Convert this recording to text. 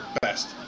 best